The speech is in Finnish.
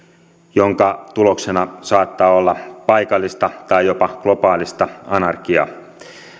jonka tuloksena saattaa olla paikallista tai jopa globaalista anarkiaa